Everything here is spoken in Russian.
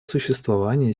существования